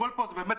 הכול פה סיסמאות.